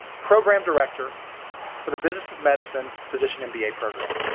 program director for the business of medicine physician and mba program.